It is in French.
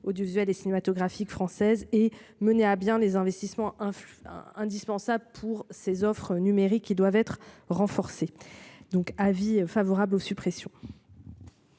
audiovisuelle et cinématographique française et mener à bien les investissements influe indispensable pour ses offres numériques qui doivent être renforcés. Donc, avis favorable aux suppressions.